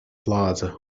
plaza